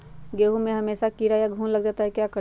गेंहू में हमेसा कीड़ा या घुन लग जाता है क्या करें?